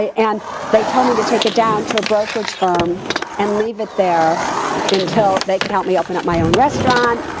and they told me to take it down to a brokerage firm and leave it there until they could help me open up my own restaurant.